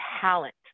talent